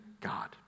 God